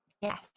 yes